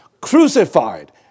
crucified